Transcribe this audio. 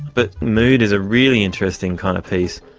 but mood is a really interesting kind of piece.